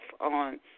on